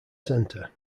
center